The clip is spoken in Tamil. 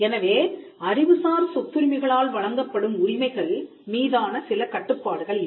எனவே அறிவுசார் சொத்துரிமைகளால் வழங்கப்படும் உரிமைகள் மீதான சில கட்டுப்பாடுகள் இவை